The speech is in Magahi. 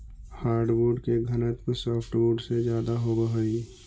हार्डवुड के घनत्व सॉफ्टवुड से ज्यादा होवऽ हइ